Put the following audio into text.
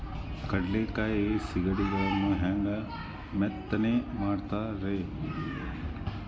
ಕಡಲೆಕಾಯಿ ಸಿಗಡಿಗಳನ್ನು ಹ್ಯಾಂಗ ಮೆತ್ತನೆ ಮಾಡ್ತಾರ ರೇ?